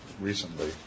recently